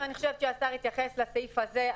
אני חושבת שהשר התייחס לסעיף הזה.